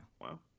wow